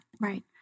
Right